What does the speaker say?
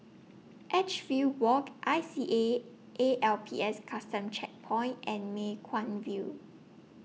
Edgefield Walk I C A A L P S Custom Checkpoint and Mei Kwan View